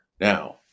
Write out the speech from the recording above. Now